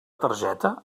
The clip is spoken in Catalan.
targeta